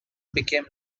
became